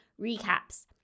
recaps